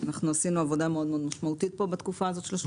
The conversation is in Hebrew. אנחנו עשינו עבודה מאוד מאוד משמעותית פה בתקופה הזאת של השלושה חודשים.